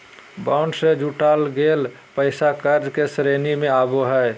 bond से जुटाल गेल पैसा कर्ज के श्रेणी में आवो हइ